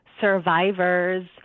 survivors